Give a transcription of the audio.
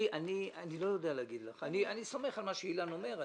אני לא יודע להגיד, אני סומך על מה שאילן אומר.